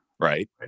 Right